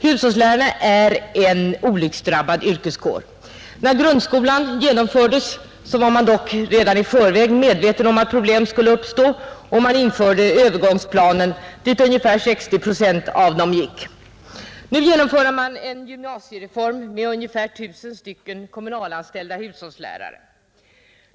Hushållslärarna är en olycksdrabbad yrkeskår. När grundskolan genomfördes var man dock redan i förväg medveten om att problem skulle uppstå, och man införde övergångsplanen, dit 60 procent av dem gick. Nu genomför man en gymnasiereform som berör ungefär 1 000 kommunalanställda hushållslärare.